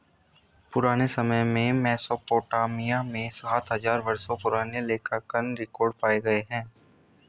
पुराने समय में मेसोपोटामिया में सात हजार वर्षों पुराने लेखांकन रिकॉर्ड पाए गए हैं